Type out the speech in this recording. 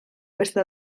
beste